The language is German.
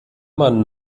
man